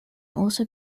also